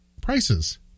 prices